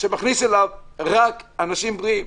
שמכניס אליו רק אנשים בריאים.